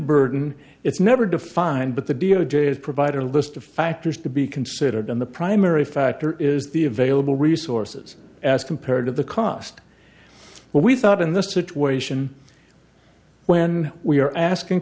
burden it's never defined but the d o j is provided a list of factors to be considered on the primary factor is the available resources as compared to the cost but we thought in this situation when we are asking